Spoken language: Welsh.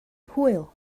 hwyl